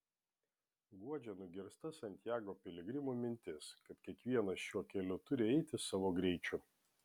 guodžia nugirsta santiago piligrimų mintis kad kiekvienas šiuo keliu turi eiti savo greičiu